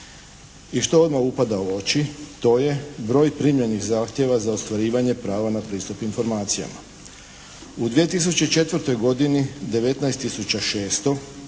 I što odmah upada u oči? To je broj primljenih zahtjeva za ostvarivanje prava na pristup informacijama. U 2004. godini 19